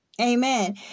Amen